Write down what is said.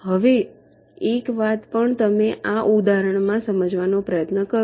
હવે એક વાત પણ તમે આ ઉદાહરણમાં સમજવાનો પ્રયત્ન કરો